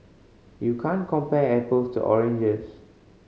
you can't compare apples to oranges